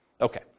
Okay